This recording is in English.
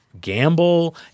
gamble